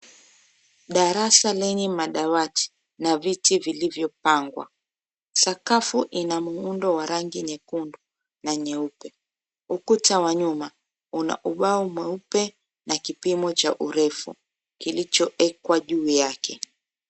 Darasa lenye madawati na viti vilivyopangwa. Sakafu ina muundo wa rangi nyekundu na nyeupe. Ukuta wa nyuma una ubao mweupe na kipimo cha urefu kilichoekwa juu yake.